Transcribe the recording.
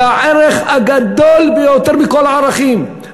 זה הערך הגדול ביותר מכל הערכים.